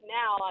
now